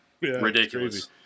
Ridiculous